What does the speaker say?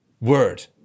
Word